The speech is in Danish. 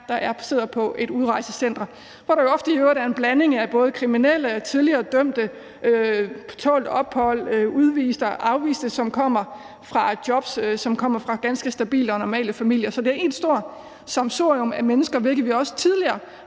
der sidder på et udrejsecenter, jo ofte er, og hvor der i øvrigt ofte er en blanding af kriminelle, tidligere dømte, folk på tålt ophold, udviste og afviste asylansøgere, folk, som kommer fra jobs, og folk, som kommer fra ganske stabile og normale familier. Så det er et stort sammensurium af mennesker, hvilket vi også tidligere